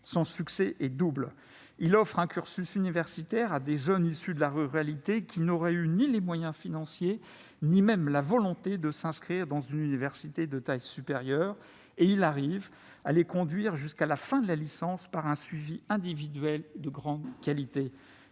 Son succès est double. Il offre un cursus universitaire à des jeunes issus de la ruralité qui n'auraient eu ni les moyens financiers ni même la volonté de s'inscrire dans une université de taille supérieure et il parvient à les conduire jusqu'à la fin de la licence par un suivi individuel de grande qualité.